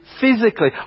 physically